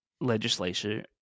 legislation